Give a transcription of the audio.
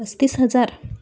पस्तीस हजार